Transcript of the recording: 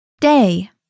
Day